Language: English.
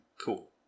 Cool